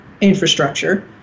infrastructure